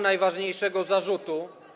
najważniejszego zarzutu.